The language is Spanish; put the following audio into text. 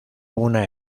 una